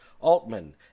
Altman